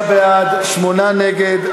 39 בעד, שמונה נגד.